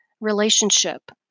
relationship